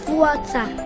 water